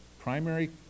primary